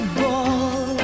ball